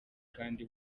kandi